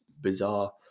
bizarre